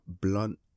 blunt